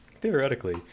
Theoretically